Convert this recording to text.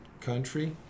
country